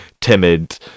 timid